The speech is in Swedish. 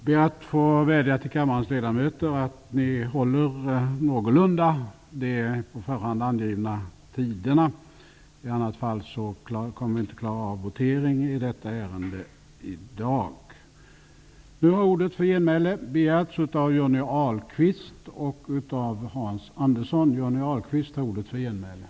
Herr talman! Jag vädjar till kammarens ledamöter att någorlunda hålla sig till de på förhand angivna taletiderna. I annat fall kommer vi inte att klara av att ha votering i detta ärende i dag.